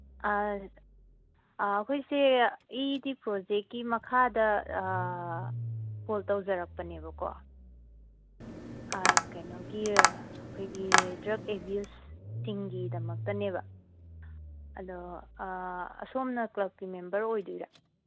ꯑꯩꯈꯣꯏꯁꯦ E D ꯄ꯭ꯔꯣꯖꯦꯛꯀꯤ ꯃꯈꯥꯗ ꯀꯣꯜ ꯇꯧꯖꯔꯛꯄꯅꯦꯕꯀꯣ ꯀꯩꯅꯣꯒꯤ ꯑꯩꯈꯣꯏꯒꯤ ꯗ꯭ꯔꯒ ꯑꯦꯕ꯭ꯌꯨꯁꯁꯤꯡꯒꯤꯗꯃꯛꯇꯅꯦꯕ ꯑꯗꯣ ꯑꯁꯣꯝꯅ ꯀ꯭ꯂꯕꯀꯤ ꯃꯦꯝꯕꯔ ꯑꯣꯏꯒꯗꯣꯏꯔꯥ